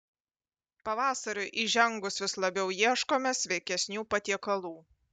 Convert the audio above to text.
pavasariui įžengus vis labiau ieškome sveikesnių patiekalų